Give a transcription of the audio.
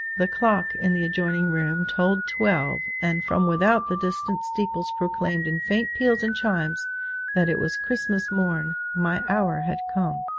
the clock in the adjoining room tolled twelve, and from without the distant steeples proclaimed in faint peals and chimes that it was christmas morn. my hour had come!